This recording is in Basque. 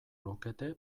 lukete